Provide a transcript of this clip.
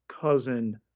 cousin